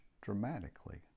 dramatically